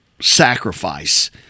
sacrifice